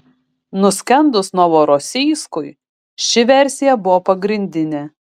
nuskendus novorosijskui ši versija buvo pagrindinė